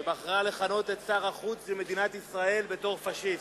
שבחרה לכנות את שר החוץ של מדינת ישראל "פאשיסט".